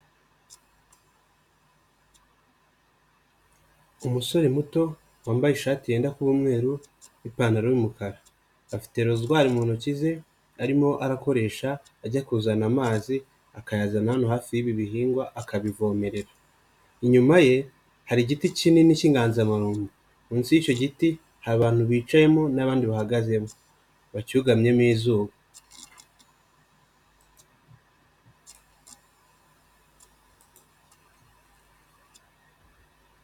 Umusore muto wambaye ishati yenda kuba umweru, ipantaro y'umukara afite rozwari mu ntoki ze arimo arakoresha ajya kuzana amazi akayazana hano hafi y'ibi bihingwa akabivomerera, inyuma ye hari igiti kinini k'inganzamarumbo, munsi y'icyo giti hari abantu bicayemo n'abandi bahagazemo bacyugamyemo izuba.